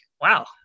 wow